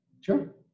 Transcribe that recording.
Sure